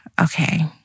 Okay